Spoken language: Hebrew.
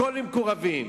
הכול למקורבים.